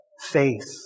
faith